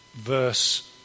verse